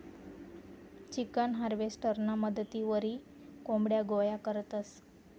chicken हार्वेस्टरना मदतवरी कोंबड्या गोया करतंस